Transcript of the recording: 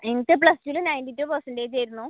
എനിക്ക് പ്ലസ് ടുവിൽ ninety two percentage ആയിരുന്നു